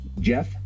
Jeff